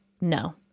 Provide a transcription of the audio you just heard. no